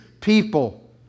people